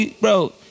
Bro